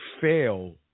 fail